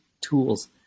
tools